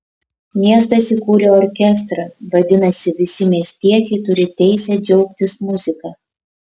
miestas įkūrė orkestrą vadinasi visi miestiečiai turi teisę džiaugtis muzika